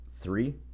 Three